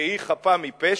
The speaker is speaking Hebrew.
שהיא חפה מפשע,